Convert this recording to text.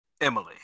Emily